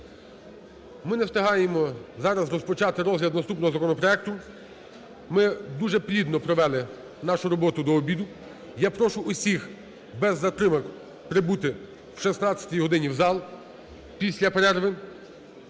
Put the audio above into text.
Ми не встигаємо зараз розпочати розгляд наступного законопроекту. Ми дуже плідно провели нашу роботу до обіду. Я прошу усіх без затримок прибути о 16-й годині в зал після перерви.